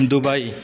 Dubai